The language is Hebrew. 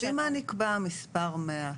לפי מה נקבע המספר 100?